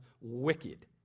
wicked